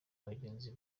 bagenzi